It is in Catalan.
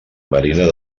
marina